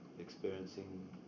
experiencing